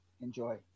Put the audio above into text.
enjoy